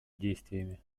действиями